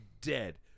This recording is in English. dead